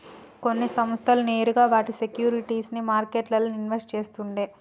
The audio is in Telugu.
కొన్ని సంస్థలు నేరుగా వాటి సేక్యురిటీస్ ని మార్కెట్లల్ల ఇన్వెస్ట్ చేస్తుండే